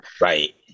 Right